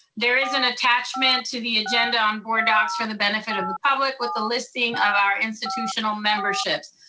there is an attachment to the agenda on board docs for the benefit of the public, with the listing of our institutional membership.